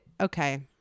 Okay